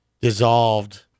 dissolved